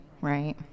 right